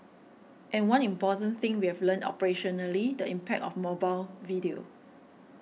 and one important thing we have learnt operationally the impact of mobile video